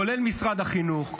כולל משרד החינוך,